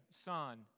son